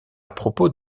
propos